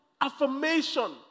affirmation